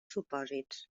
supòsits